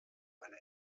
eine